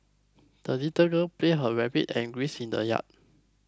the little girl played her rabbit and grease in the yard